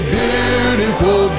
beautiful